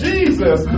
Jesus